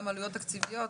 גם עלויות תקציביות,